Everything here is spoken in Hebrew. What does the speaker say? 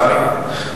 תודה.